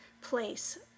place